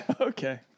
Okay